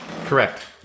Correct